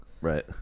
Right